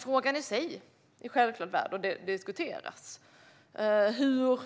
Frågan i sig är självklart värd att diskutera. Där